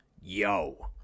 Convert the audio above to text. Yo